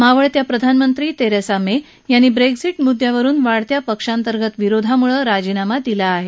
मावळत्या प्रधानमंत्री Theresa May यांनी ब्रेक्झिट मुद्दयांवरुन वाढत्या पक्षांतर्गत विरोधामुळं राजीनामा दिला आहे